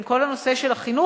עם כל הנושא של החינוך,